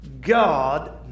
God